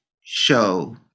show